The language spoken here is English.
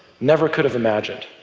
never could've imagined.